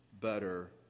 better